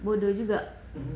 bodoh juga